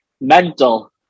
mental